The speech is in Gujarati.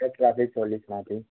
હેડ ટ્રાફિક પોલીસમાંથી